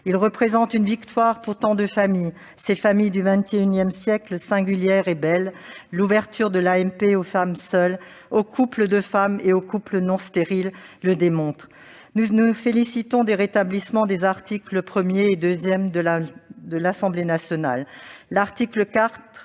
en effet une victoire pour tant de familles, ces familles du XXI siècle singulières et belles. L'ouverture de l'AMP aux femmes seules, aux couples de femmes et aux couples non stériles le démontre. Nous nous félicitons du rétablissement des articles 1 et 2 par l'Assemblée nationale. L'article 4